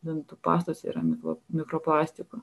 dantų pastose yra mikro mikroplastikų